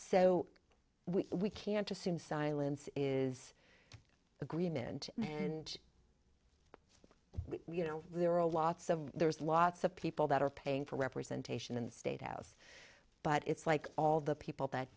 so we can't assume silence is agreement and you know there are a lots of there's lots of people that are paying for representation in the state house but it's like all the people that